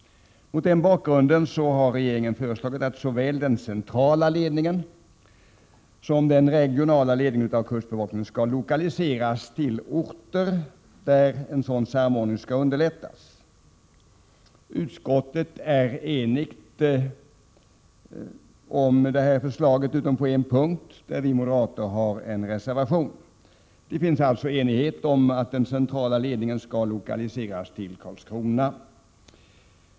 Mot denna bakgrund har regeringen föreslagit att såväl den centrala som den regionala ledningen av kustbevakningen skall lokaliseras till orter där en sådan samordning skall underlättas. Utskottet är enigt om förslaget utom på en punkt, där vi moderater har en reservation. Det råder alltså enighet om att den centrala ledningen skall lokaliseras till Karlskrona.